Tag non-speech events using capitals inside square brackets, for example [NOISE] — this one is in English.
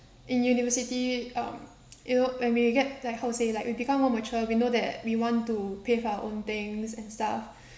in university um [NOISE] you look when you get like how to say like we become more mature we know that we want to pay for our own things and stuff